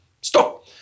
stop